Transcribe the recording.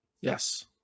yes